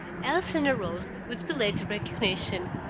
allison arose with belated recognition.